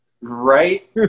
Right